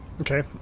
okay